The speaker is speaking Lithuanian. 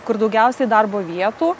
kur daugiausiai darbo vietų